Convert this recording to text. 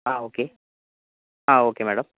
ആ okay ah okay madam